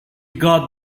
got